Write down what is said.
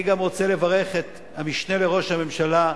אני גם רוצה לברך את המשנה לראש הממשלה,